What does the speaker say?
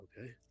Okay